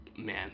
Man